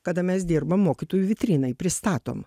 kada mes dirbam mokytojų vitrinai pristatom